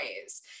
ways